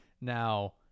now